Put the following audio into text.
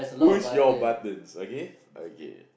push your buttons okay